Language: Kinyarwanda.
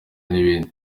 n’ibindi